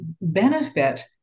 benefit